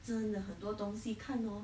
真的很多东西看 lor